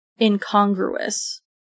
incongruous